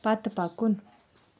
پَتہٕ پَکُن